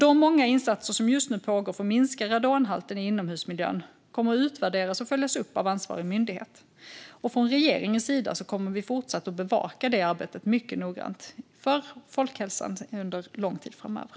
De många insatser som just nu pågår för att minska radonhalten i inomhusmiljön kommer att utvärderas och följas upp av ansvarig myndighet. Regeringen kommer att fortsätta att bevaka detta arbete för folkhälsan mycket noggrant och under lång tid framöver.